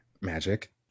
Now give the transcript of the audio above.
magic